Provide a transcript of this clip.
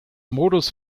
modus